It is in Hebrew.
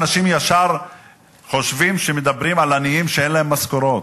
אנשים ישר חושבים שמדברים על עניים שאין להם משכורות.